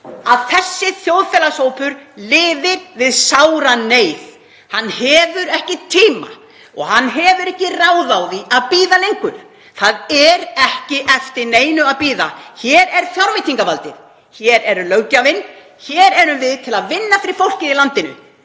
að þessi þjóðfélagshópur lifir við sára neyð. Hann hefur ekki tíma og hann hefur ekki ráð á því að bíða lengur. Það er ekki eftir neinu að bíða. Hér er fjárveitingavaldið. Hér er löggjafinn. Hér erum við að vinna fyrir fólkið í landinu